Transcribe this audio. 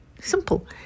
simple